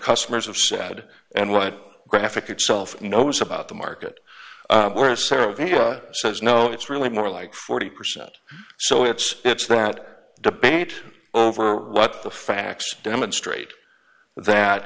customers of said and what graphic itself knows about the market we're cerevisiae says no it's really more like forty percent so it's it's that debate over what the facts demonstrate that